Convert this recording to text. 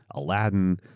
aladdin,